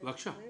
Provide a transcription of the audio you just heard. הרשות